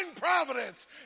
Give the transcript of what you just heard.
providence